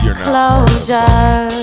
closure